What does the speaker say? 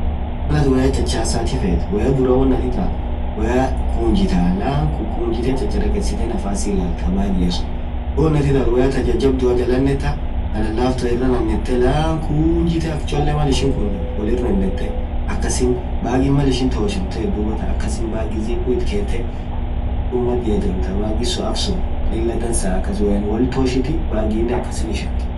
malaatin woyaa chachasaa feet ,woyaa laan chacharakesitee kunjitaa.woyaa jababdua jalaan netaa, taa lalaftua irranan netaa, akasin mal ishin toshiit bagii zipuu itketee duub badia ijemtaa.baagi suun aksuun dansaabaagiin akasiin ishentaa.